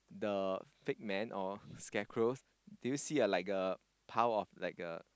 the fake man or scarecrow do you see a like a pile of like a